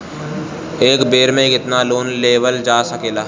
एक बेर में केतना लोन लेवल जा सकेला?